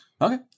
Okay